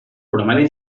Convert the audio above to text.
programari